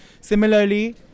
Similarly